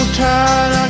tired